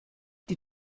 die